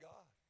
God